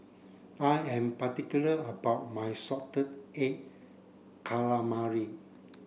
I am particular about my salted egg calamari